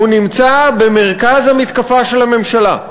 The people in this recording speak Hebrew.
הוא נמצא במרכז המתקפה של הממשלה.